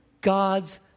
God's